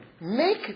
Make